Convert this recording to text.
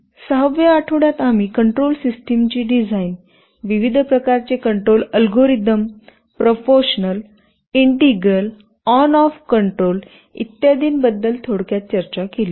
6 व्या आठवड्यात आम्ही कंट्रोल सिस्टमची डिझाईन विविध प्रकारचे control algorithm - proportional integral on off control इत्यादींबद्दल थोडक्यात चर्चा केली